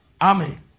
Amen